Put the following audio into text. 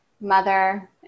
mother